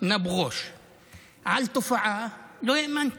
על תופעה, לא האמנתי.